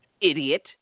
idiot